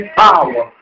power